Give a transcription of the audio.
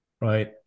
right